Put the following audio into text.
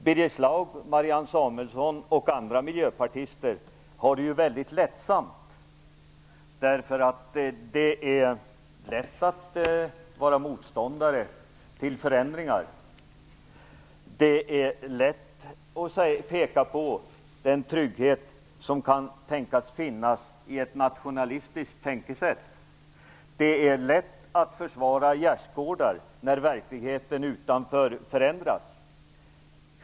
Birger Schlaug, Marianne Samuelsson och andra miljöpartister har det mycket lättsamt, eftersom det är lätt att vara motståndare till förändringar. Det är lätt att peka på den trygghet som kanske kan finnas i ett nationalistiskt tänkesätt. Det är lätt att försvara gärdsgårdar när verkligheten utanför förändras.